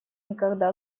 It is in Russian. никогда